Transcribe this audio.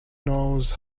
knows